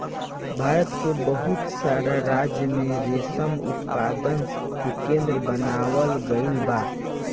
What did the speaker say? भारत के बहुत सारा राज्य में रेशम उत्पादन के केंद्र बनावल गईल बा